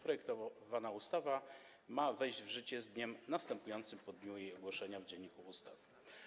Projektowana ustawa ma wejść w życie z dniem następującym po dniu jej ogłoszenia w Dzienniku Ustaw.